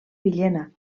villena